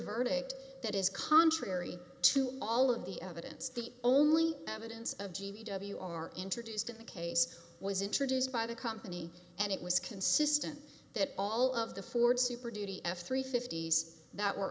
verdict that is contrary to all of the evidence the only evidence of g w are introduced in the case was introduced by the company and it was consistent that all of the ford super duty f three fifties that were